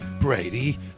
Brady